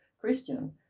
Christian